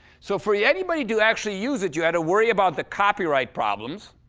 so for yeah anybody to actually use it, you had to worry about the copyright problems